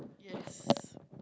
yes